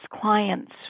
clients